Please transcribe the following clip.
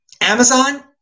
Amazon